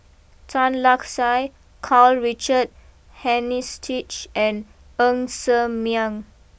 Tan Lark Sye Karl Richard Hanitsch and Ng Ser Miang